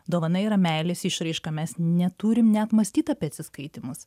dovana yra meilės išraiška mes neturim net mąstyt apie atsiskaitymus